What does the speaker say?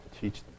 teach